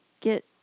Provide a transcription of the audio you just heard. get